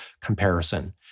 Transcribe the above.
comparison